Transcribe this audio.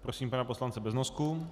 Prosím pana poslance Beznosku.